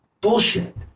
bullshit